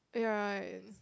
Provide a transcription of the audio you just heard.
ya